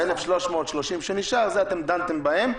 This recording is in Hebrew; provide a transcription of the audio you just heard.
1,330 שנשארו, דנתם בהן.